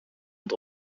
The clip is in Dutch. het